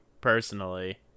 personally